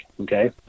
okay